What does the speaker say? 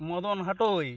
Madan হাটোই